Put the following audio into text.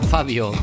Fabio